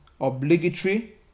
obligatory